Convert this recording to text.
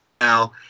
Now